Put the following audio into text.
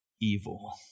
evil